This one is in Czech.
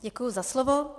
Děkuji za slovo.